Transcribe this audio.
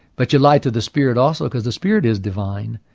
but you'd lie to the spirit also, because the spirit is divine.